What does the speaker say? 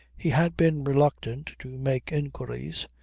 he had been reluctant to make inquiries.